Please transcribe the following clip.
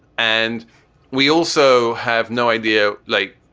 and we also have no idea, like,